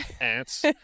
ants